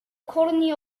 colony